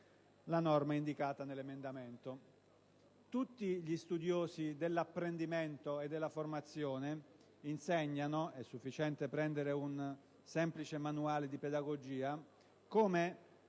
la norma indicata nell'emendamento. Tutti gli studiosi dell'apprendimento e della formazione insegnano (è sufficiente consultare un semplice manuale di pedagogia) come